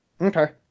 okay